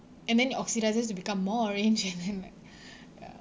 and then it oxidises to become more orange and then like ya